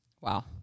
wow